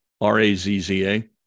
R-A-Z-Z-A